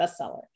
bestseller